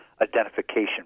identification